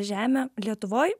žemę lietuvoj